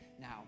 now